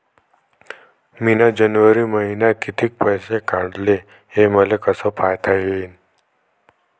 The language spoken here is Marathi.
मिन जनवरी मईन्यात कितीक पैसे काढले, हे मले कस पायता येईन?